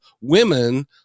women